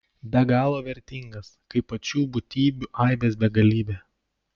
be galo vertingas kaip pačių būtybių aibės begalybė